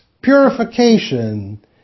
purification